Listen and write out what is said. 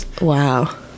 Wow